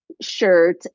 shirt